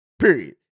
period